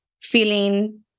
feeling